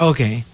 Okay